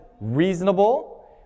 reasonable